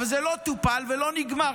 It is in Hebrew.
אבל זה לא טופל ולא נגמר,